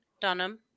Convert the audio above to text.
Dunham